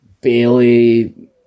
Bailey